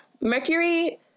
Mercury